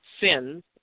sins